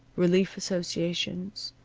relief associations,